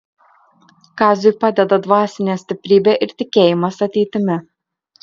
kaziui padeda dvasinė stiprybė ir tikėjimas ateitimi